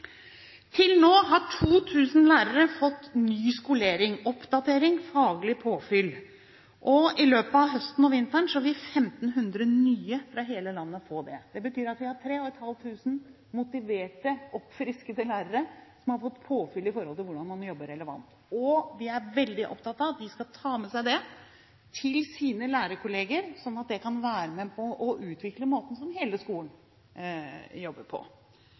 Til nå har 2 000 lærere fått ny skolering, oppdatering og faglig påfyll. I løpet av høsten og vinteren vil 1 500 nye fra hele landet få det. Det betyr at vi har 3 500 motiverte, oppfriskede lærere som har fått påfyll med tanke på hvordan man jobber relevant. Vi er veldig opptatt av at de skal ta med seg det til sine lærerkollegaer, sånn at det kan være med på å utvikle den måten som hele skolen jobber på.